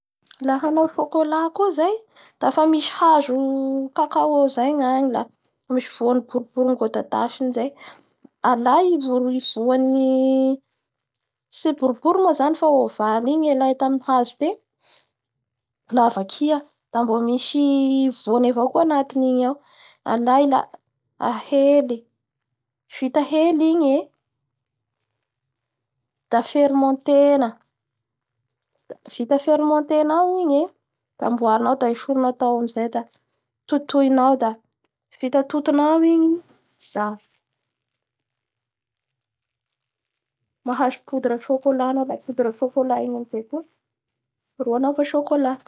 La hanao chocoat koa zay, dafa misy hazo cacao zay gnagny la, misy voany borbory godadasiny zay da aay i vor-i voany tsy boribory moa zany fa ovale, igny alay tamin'ny hazo tegny la vakia da mbo misy voanya vao koa antin'nigny ao, alay a ahely, vita hely igny e; da fermentena, da vita fermentenao igny e, da amboarinao da esorinao atao amizay da totoy nao da vita totonao igny a mahzo poudre chocolat anao a poudre chocolat iny amizay koa ro anaova chocolat.